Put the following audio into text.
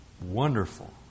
wonderful